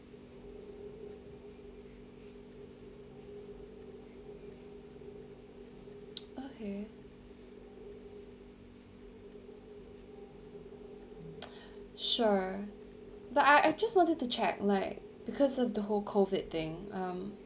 okay sure but I I just wanted to check like because of the whole COVID thing um